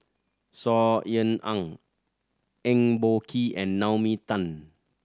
Saw Ean Ang Eng Boh Kee and Naomi Tan